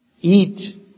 Eat